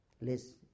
Less